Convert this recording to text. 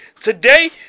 Today